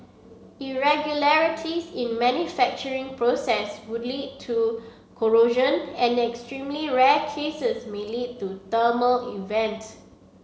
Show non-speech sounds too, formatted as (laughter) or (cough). irregularities in manufacturing process could lead to corrosion and in extremely rare cases may lead to (unintelligible) event